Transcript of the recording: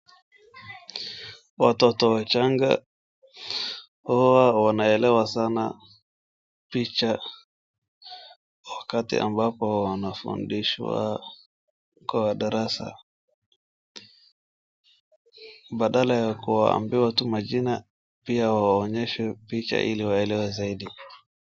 Watoto wachanga huwa wanaelewa sana picha wakati ambapo wanafundishwa kwa darasa. Badala ya kuambiwa tu majina pia waonyeshwe picha ili waelewe zaidi.